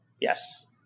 Yes